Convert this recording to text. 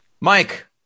Mike